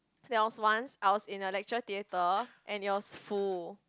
there was once I was in a lecture theatre and it was full